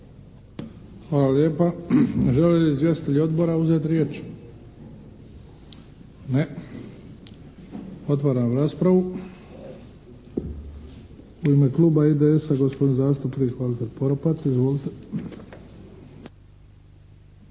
Hvala lijepa. Žele li izvjestitelji odbora uzeti riječ? Ne. Otvaram raspravu. U ime kluba IDS-a, gospodin zastupnik Valter Poropat.